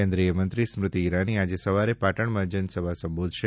કેન્દ્રીય મંત્રી સ્મ્રતિ ઇરાની આજે સવારે પાટણમાં જનસભા સંબોધશે